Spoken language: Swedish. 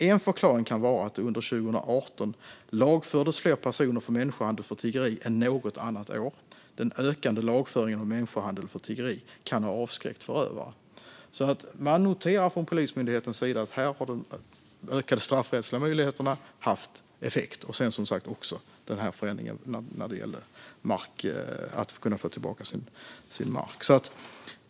En förklaring kan vara att det under 2018 lagfördes fler personer för människohandel för tiggeri än något annat år. Den ökande lagföringen av människohandel för tiggeri kan ha avskräckt förövare. Från Polismyndighetens sida noterar man att de ökade straffrättsliga möjligheterna har haft effekt, liksom den förändrade lagstiftningen när det gällde markägares rätt att få tillbaka sin mark.